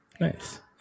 Nice